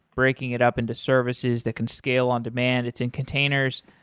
breaking it up into services that can scale on demand. it's in containers.